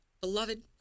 beloved